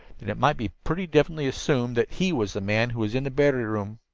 then it might be pretty definitely assumed that he was the man who was in the battery room.